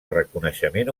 reconeixement